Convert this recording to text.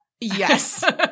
Yes